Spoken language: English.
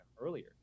earlier